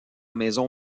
maison